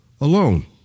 alone